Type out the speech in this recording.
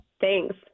thanks